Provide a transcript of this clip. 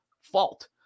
fault